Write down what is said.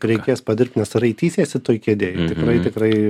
reikės padirbt nes raitysiesi toj kėdėj tikrai tikrai